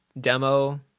demo